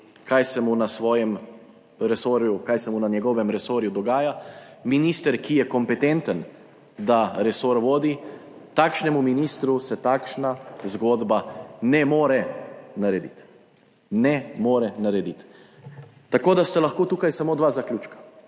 kaj se mu na svojem resorju, kaj se mu na njegovem resorju dogaja, minister, ki je kompetenten, da resor vodi, takšnemu ministru se takšna zgodba ne more narediti. Ne more narediti. Tako, da sta lahko tukaj samo dva zaključka.